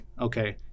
Okay